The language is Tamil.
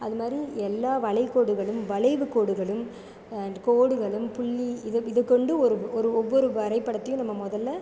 அதே மாதிரி எல்லா வளை கோடுகளும் வளைவு கோடுகளும் கோடுகளும் புள்ளி இதை இதை கொண்டு ஒரு ஒவ்வொரு வரைபடத்தையும் நம்ம முதல்ல